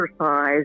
exercise